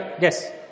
yes